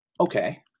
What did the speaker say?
Okay